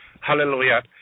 hallelujah